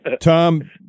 Tom